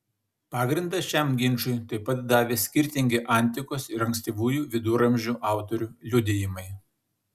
pagrindą šiam ginčui taip pat davė skirtingi antikos ir ankstyvųjų viduramžių autorių liudijimai